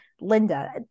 Linda